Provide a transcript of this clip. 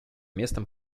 местом